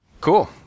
cool